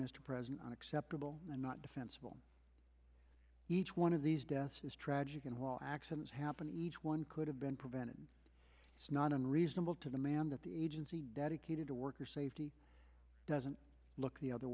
mr president an acceptable and not defensible each one of these deaths is tragic and while accidents happen each one could have been prevented and it's not unreasonable to demand that the agency dedicated to worker safety doesn't look the other